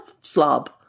slob